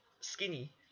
Skinny